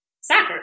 soccer